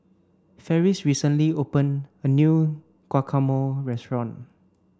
Ferris recently open a new Guacamole restaurant